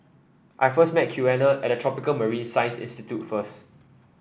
I first may Quiana at Tropical Marine Science Institute first